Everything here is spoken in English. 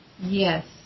Yes